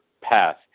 path